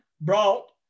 brought